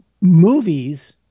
Movies